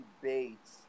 debates